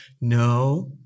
no